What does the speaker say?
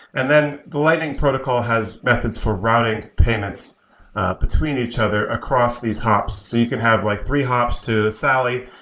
and then the lightning protocol has methods for routing payments between each other across these hops, so you can have like three hops to sally.